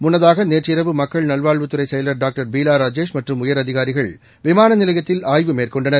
முன்னதாக நேற்று இரவு மக்கள் நல்வாழ்வுத்துறை செயலர் டாக்டர் பீலா ரஜேஷ் மற்றும் உயரதிகாரிகள் விமான நிலையத்தில் ஆய்வு மேற்கொண்டனர்